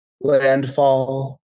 landfall